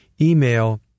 email